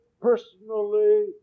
personally